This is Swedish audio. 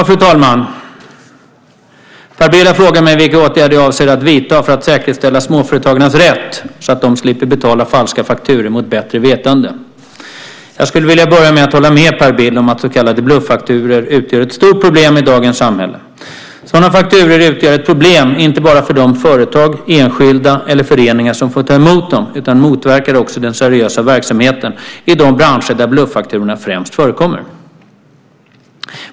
Fru talman! Per Bill har frågat mig vilka åtgärder jag avser att vidta för att säkerställa småföretagares rätt så att de slipper betala falska fakturor mot bättre vetande. Jag skulle vilja börja med att hålla med Per Bill om att så kallade bluffakturor utgör ett stort problem i dagens samhälle. Sådana fakturor utgör inte bara ett problem för de företag, enskilda eller föreningar som får ta emot dem utan motverkar också den seriösa verksamheten i de branscher där bluffakturorna främst förekommer.